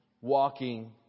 walking